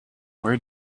where